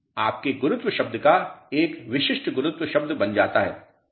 तो यह आपके गुरुत्व शब्द का एक विशिष्ट गुरुत्व शब्द बन जाता है